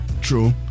True